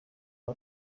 aba